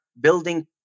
building